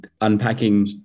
unpacking